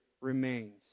remains